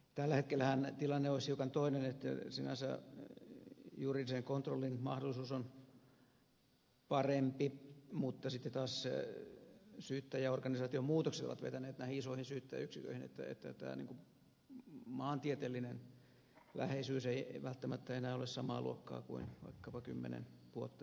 tällä hetkellähän tilanne olisi hiukan toinen että sinänsä juridisen kontrollin mahdollisuus on parempi mutta sitten taas syyttäjäorganisaation muutokset ovat vetäneet näihin isoihin syyttäjäyksiköihin niin että tämä maantieteellinen läheisyys ei välttämättä enää ole samaa luokkaa kuin vaikkapa kymmenen vuotta sitten